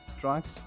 drugs